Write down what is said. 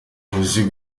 ntuzi